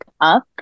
up